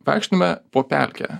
vaikštome po pelkę